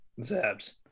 Zabs